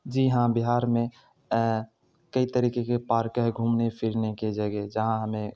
جی ہاں بہار میں کئی طریقے کے پارک ہیں گھومنے پھرنے کے جگہ جہاں ہمیں